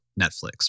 Netflix